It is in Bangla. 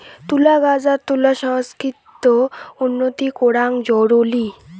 তুলা গছ আর তুলা সংস্কৃতিত উন্নতি করাং জরুরি